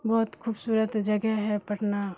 بہت خوبصورت جگہ ہے پٹنہ